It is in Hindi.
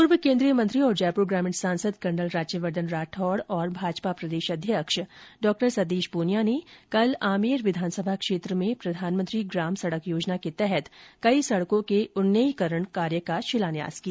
पूर्व कोन्द्रीय मंत्री और जयपुर ग्रामीण सांसद कर्नल राज्यवर्धन राठौड़ और भाजपा प्रदेशाध्यक्ष डॉ संतीश पूनिया ने कल आमेर विघानसभा क्षेत्र में प्रधानमंत्री ग्राम सड़क योजना के तहत कई सड़कों के उन्नयनीकरण कार्य का शिलान्यास किया